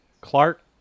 Clark